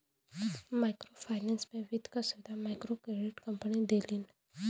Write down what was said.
micro finance में वित्त क सुविधा मइक्रोक्रेडिट कम्पनी देलिन